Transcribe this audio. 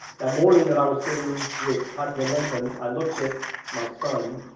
that morning that i was sitting with katya and lincoln, i looked at my son,